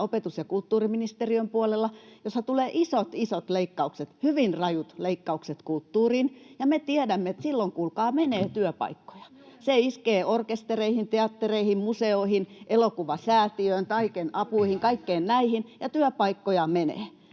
opetus- ja kulttuuriministeriön puolella, jossa tulee isot, isot leikkaukset, hyvin rajut leikkaukset kulttuuriin. Ja me tiedämme, että silloin, kuulkaa, menee työpaikkoja. [Vasemmalta: Juuri näin!] Se iskee orkestereihin, teattereihin, museoihin, Elokuvasäätiöön, Taiken apuihin, kaikkiin näihin, ja työpaikkoja menee.